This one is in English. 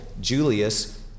Julius